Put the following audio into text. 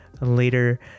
later